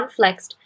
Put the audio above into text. unflexed